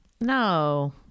No